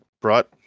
brought